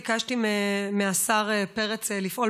אז באמת ביקשתי מהשר פרץ לפעול,